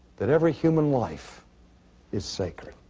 that every human life is sacred.